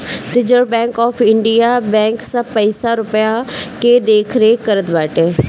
reserve bank of India bank सब पईसा रूपया के देखरेख करत बाटे